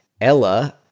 Ella